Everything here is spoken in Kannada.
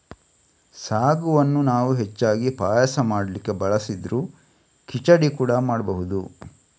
ಸಾಗುವನ್ನ ನಾವು ಹೆಚ್ಚಾಗಿ ಪಾಯಸ ಮಾಡ್ಲಿಕ್ಕೆ ಬಳಸಿದ್ರೂ ಖಿಚಡಿ ಕೂಡಾ ಮಾಡ್ಬಹುದು